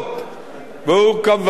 והוא קבע באופן,